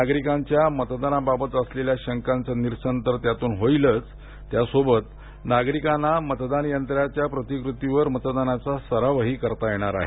नागरिकांच्या मतदानाबाबत असलेल्या शंकांचं निरसन तर होईलच त्यासोबत नागरिकांना मतदान यंत्राच्या प्रतिकृतीवर मतदानाचा सरावही करता येणार आहे